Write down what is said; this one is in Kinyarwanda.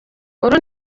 uru